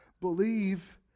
Believe